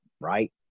right